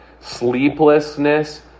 sleeplessness